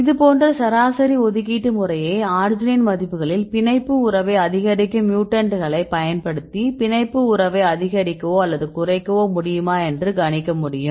இதுபோன்ற சராசரி ஒதுக்கீட்டு முறையை அர்ஜினைன் மதிப்புகளில் பிணைப்பு உறவை அதிகரிக்கும் மியூட்டன்ட்களை பயன்படுத்தி பிணைப்பு உறவை அதிகரிக்கவோ அல்லது குறைக்கவோ முடியுமா என்று கணிக்க முடியும்